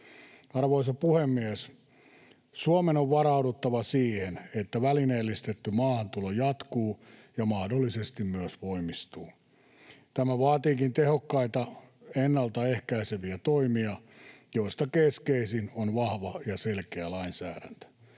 Arvoisa puhemies! Suomen on varauduttava siihen, että välineellistetty maahantulo jatkuu ja mahdollisesti myös voimistuu. Tämä vaatiikin tehokkaita, ennalta ehkäiseviä toimia, joista keskeisin on vahva ja selkeä lainsäädäntö.